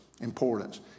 importance